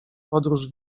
podróż